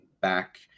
back